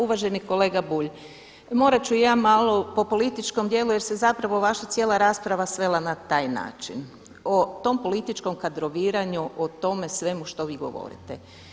Uvaženi kolega Bulj, morat ću ja malo po političkom dijelu jer se zapravo vaša cijela rasprava svela na taj način, o tom političkom kadroviranju o tome svemu što vi govorite.